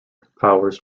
powers